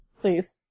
Please